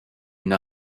une